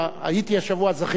זכיתי להיות בגליל.